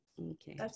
okay